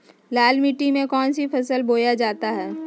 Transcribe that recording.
लाल मिट्टी में कौन सी फसल बोया जाता हैं?